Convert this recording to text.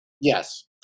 Yes